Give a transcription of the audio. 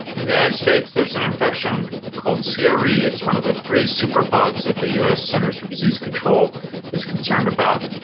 in the united states there is an infection called cre, it's one of the three superbugs that the us centres for disease control is concerned about.